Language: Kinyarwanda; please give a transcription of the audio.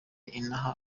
inaha